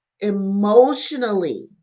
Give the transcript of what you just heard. emotionally